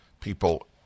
people